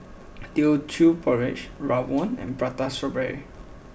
Teochew Porridge Rawon And Prata Strawberry